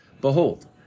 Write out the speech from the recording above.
Behold